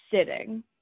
sitting